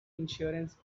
insurance